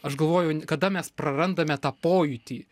aš galvoju kada mes prarandame tą pojūtį